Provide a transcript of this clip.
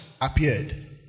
appeared